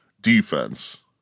defense